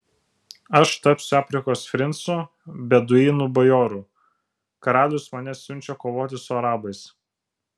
aš tapsiu afrikos princu beduinų bajoru karalius mane siunčia kovoti su arabais